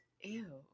ew